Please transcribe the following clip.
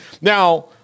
Now